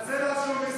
שיתנצל על זה שהוא מסית.